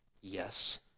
Yes